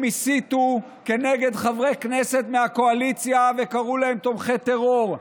הם הסיתו כנגד חברי כנסת מהקואליציה וקראו להם תומכי טרור,